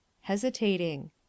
Hesitating